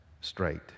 straight